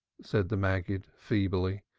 said the maggid feebly.